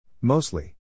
Mostly